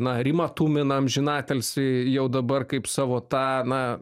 na rimą tuminą amžinatilsį jau dabar kaip savo tą na